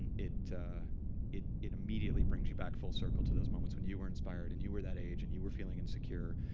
it it immediately brings you back full circle to those moments when you were inspired, and you were that age, and you were feeling insecure,